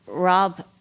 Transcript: Rob